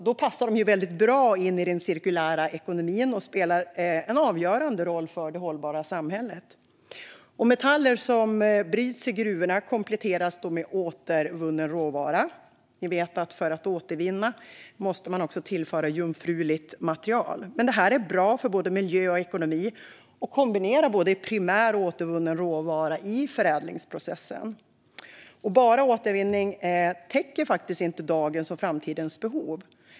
De passar alltså väldigt bra in i den cirkulära ekonomin och spelar en avgörande roll för det hållbara samhället. Metaller som bryts i gruvorna kompletteras med återvunnen råvara. Ni vet att man för att återvinna också måste tillföra jungfruligt material. Detta är bra för både miljö och ekonomi - att kombinera primär och återvunnen råvara i förädlingsprocessen. Bara återvinning täcker inte dagens och framtidens behov.